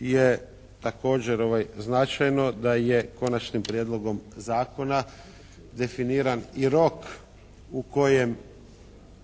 je također značajno da je Končanim prijedlogom zakona definiran i rok u kojem